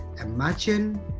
Imagine